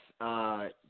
yes